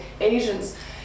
Asians